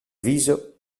viso